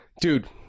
Dude